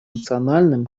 национальным